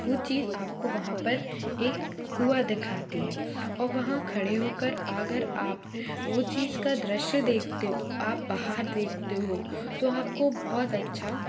वो चीज आपको वहाँ पर एक कुआँ देखाती है और वहाँ खड़े होकर आप अगर आप वो चीज का दृश्य देखते हो आप बाहर देखते हो तो आपको बहुत अच्छा